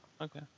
okay